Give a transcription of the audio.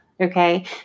okay